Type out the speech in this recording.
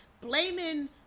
blaming